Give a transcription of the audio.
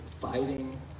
fighting